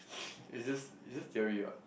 is just is just theory what